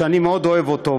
שאני מאוד אוהב אותו,